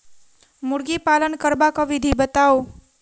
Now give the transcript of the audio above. मुर्गी पालन करबाक विधि बताऊ?